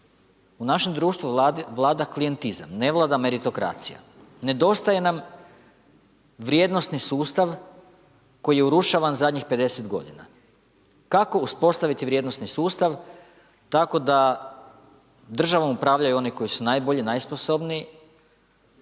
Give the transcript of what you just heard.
U našem društvu vlada klijentizam, ne vlada meritokracija. Nedostaje nam vrijednosni sustav koji je urušavan zadnjih 50 godina. Kako uspostaviti vrijednosni sustav, tako da državom upravljaju oni koji su najbolji, najsposobniji,